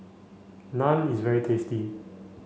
naan is very tasty